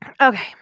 Okay